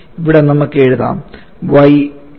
ഇവിടെ നമുക്ക് എഴുതാം yN2 0